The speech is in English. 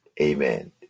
Amen